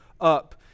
up